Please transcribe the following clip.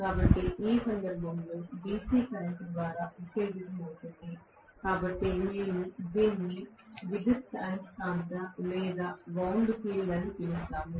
కాబట్టి ఈ సందర్భంలో ఇది DC కరెంట్ ద్వారా ఉత్తేజితమవుతుంది కాబట్టి మేము దీనిని విద్యుదయస్కాంత లేదా వౌండ్ ఫీల్డ్ అని పిలుస్తాము